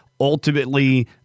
Ultimately